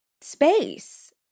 space